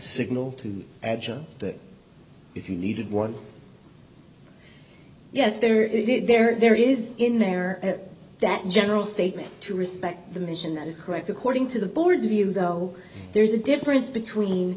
signal to add that if you needed one yes there it is there there is in there that general statement to respect the mission that is correct according to the board's view though there is a difference between